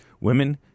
Women